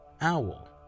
Owl